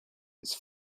its